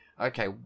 okay